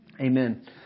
Amen